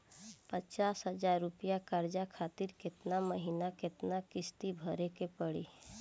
पचास हज़ार रुपया कर्जा खातिर केतना महीना केतना किश्ती भरे के पड़ी?